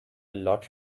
lot